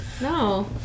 No